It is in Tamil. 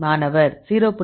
மாணவர் 0